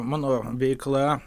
mano veikla